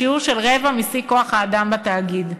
בשיעור של רבע משיא כוח-האדם בתאגיד.